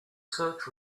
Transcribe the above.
search